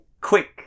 quick